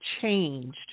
changed